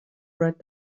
write